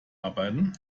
arbeiten